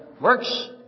Works